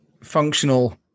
functional